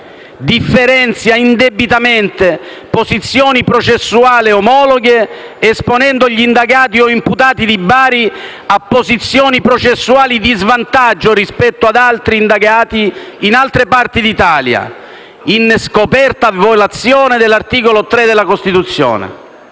Differenzia indebitamente posizioni processuali omologhe, esponendo gli indagati o imputati di Bari a posizioni processuali di svantaggio rispetto ad altri indagati in altre parti d'Italia, in scoperta violazione dell'articolo 3 della Costituzione.